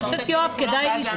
אני חושבת שכדאי לשמוע.